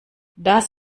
das